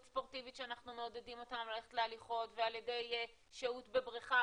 ספורטיבית שאנחנו מעודדים אותם ללכת להליכות ועל ידי שהות בבריכה,